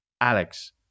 Alex